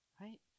Right